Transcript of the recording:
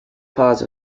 part